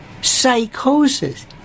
psychosis